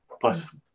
Plus